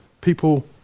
people